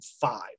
five